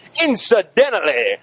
incidentally